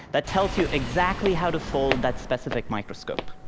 that tells you exactly how to fold that specific microscope.